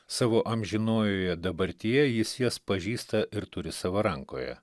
savo amžinojoje dabartyje jis jas pažįsta ir turi savo rankoje